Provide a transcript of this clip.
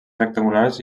rectangulars